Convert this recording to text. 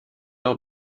leur